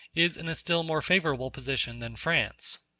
is in a still more favorable position than france.